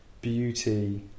beauty